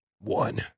one